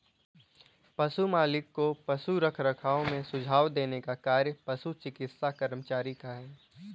पशु मालिक को पशु रखरखाव में सुझाव देने का कार्य पशु चिकित्सा कर्मचारी का है